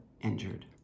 injured